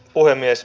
puhemies